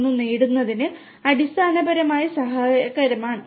0 നേടുന്നതിന് അടിസ്ഥാനപരമായി സഹായകരമാണ്